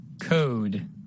Code